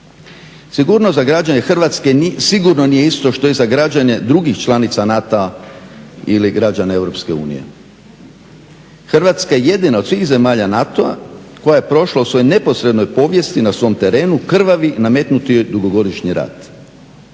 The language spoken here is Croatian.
Sigurnost za građane Hrvatske sigurno nije isto što i za građane drugih članica NATO-a ili građana EU. Hrvatska je jedina od svih zemalja NATO-a koja je prošla u svojoj neposrednoj povijesti na svom terenu krvavi, nametnuti joj dugogodišnji rat.